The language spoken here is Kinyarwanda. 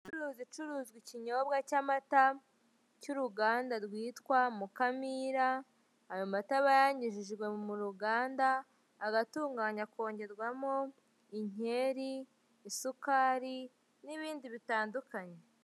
Umucuruzi ucuruza ikinyobwa cy'amata cy'uruganda Mukamira ayo mata aba yanyujiwe mu ruganda, agatunganywa akongerwamo inkeri isukari, n'ibindi bitandukanye.